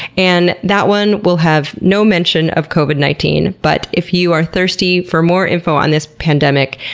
and that one will have no mention of covid nineteen, but if you are thirsty for more info on this pandemic,